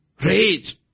rage